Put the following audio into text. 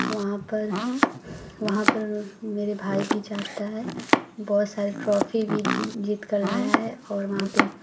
वहाँ पर वहाँ पर मेरे भाई भी जाता है बहुत सारा ट्राफी भी जीत कर लाया है और वहाँ पर